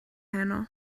heno